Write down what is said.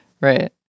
right